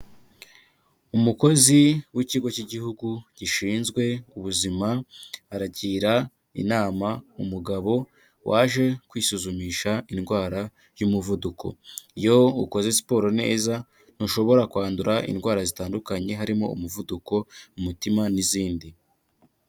Umukozi w'Ikigo cy'Igihugu gishinzwe Ubuzima, aragira inama umugabo waje kwisuzumisha indwara y'umuvuduko, iyo ukoze siporo neza ntushobora kwandura indwara zitandukanye, harimo umuvuduko, umutima n'izindi.